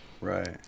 right